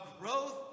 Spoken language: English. growth